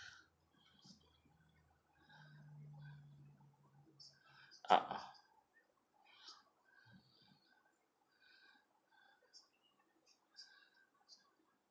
ah